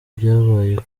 byabaye